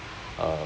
uh